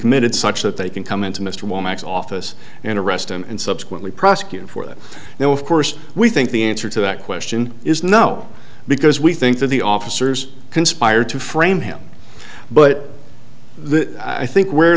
committed such that they can come into mr womack's office and arrest him and subsequently prosecute for it now of course we think the answer to that question is no because we think that the officers conspired to frame him but i think where